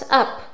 up